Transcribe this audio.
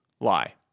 Lie